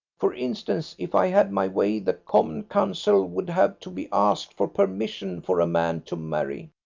for instance, if i had my way the common council would have to be asked for permission for a man to marry.